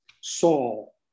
Saul